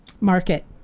market